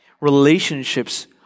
Relationships